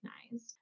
recognized